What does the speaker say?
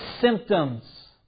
symptoms